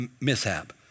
mishap